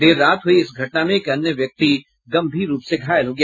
देर रात हुई इस घटना में एक अन्य व्यक्ति गंभीर रूप से घायल हो गया